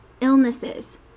illnesses